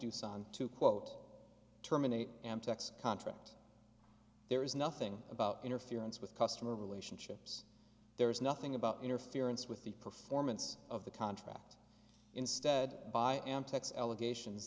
tucson to quote terminate am text contract there is nothing about interference with customer relationships there is nothing about interference with the performance of the contract instead by am techs allegations